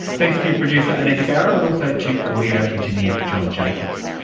thanks to producer anita barraud and also to audio engineer john jacobs.